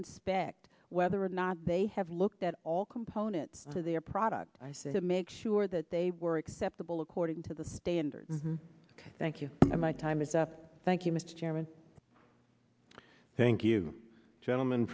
inspect whether or not they have looked at all components for their products i say to make sure that they were acceptable according to the standard ok thank you and my time is up thank you mr chairman thank you gentleman